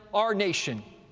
our nation,